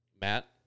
Matt